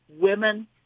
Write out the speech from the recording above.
women